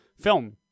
film